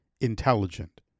intelligent